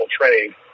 trade